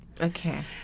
Okay